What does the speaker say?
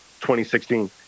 2016